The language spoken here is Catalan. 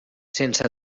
sense